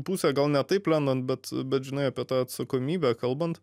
pusę gal ne taip lendant bet bet žinai apie tą atsakomybę kalbant